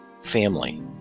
family